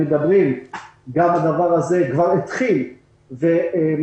וגם הדבר הזה כבר התחיל וממשיך.